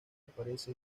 aparece